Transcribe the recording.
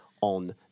on